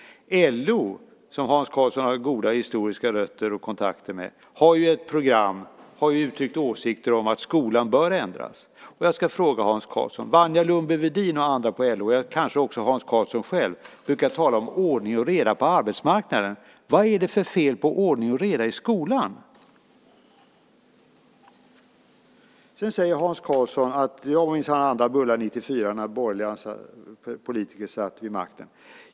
LO, som Hans Karlsson har goda historiska rötter och kontakter med, har ett program och har uttryckt åsikter om att skolan bör ändras. Jag ska fråga Hans Karlsson. Wanja Lundby-Wedin och andra på LO - kanske också Hans Karlsson själv - brukar tala om ordning och reda på arbetsmarknaden. Vad är det för fel på ordning och reda i skolan? Sedan säger Hans Karlsson att det minsann var andra bullar 1994 när borgerliga politiker satt vid makten.